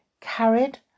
carried